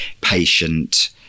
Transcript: patient